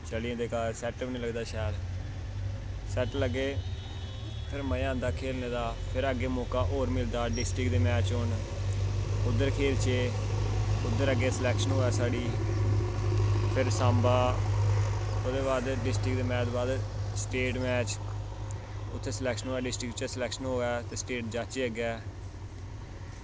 चली जंदे घर सैटअप निं लगदा शैल सैट्ट लग्गे फिर मज़ा आंदा खेलने दा फिर अग्गें मौका होर मिलदा डिस्टिक दे मैच होन उद्धर खेलचे उद्धर अग्गें स्लैक्शन होऐ साढ़ी फिर सांबा ओह्दे बाद डिस्टिक दे मैच दे बाद स्टेट मैच उत्थें स्लैक्शन होऐ डिस्टिक च स्लैक्शन होऐ ते स्टेट जाच्चै अग्गें